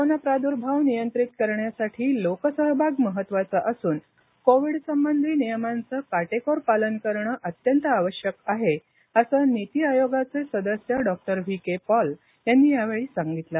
corona प्राद्भाव नियंत्रित करण्यासाठी लोकसहभाग महत्त्वाचा असून कोविड संबंधी नियमांचं काटेकोर पालन अत्यंत आवश्यक आहे असं नीति आयोगाचे सदस्य डॉक्टर व्ही के पॉल यांनी यावेळी सांगितलं